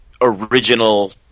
original